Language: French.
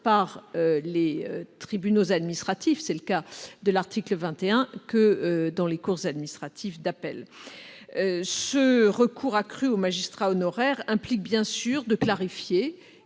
par les tribunaux administratifs- objet de l'article 21 -que par les cours administratives d'appel. Ce recours accru aux magistrats honoraires implique bien sûr de clarifier